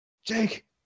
jake